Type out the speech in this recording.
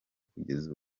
kugeza